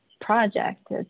project